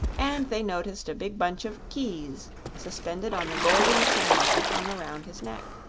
and they noticed a big bunch of keys suspended on the golden chain that hung around his neck.